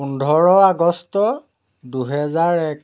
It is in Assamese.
পোন্ধৰ আগষ্ট দুহেজাৰ এক